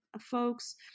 folks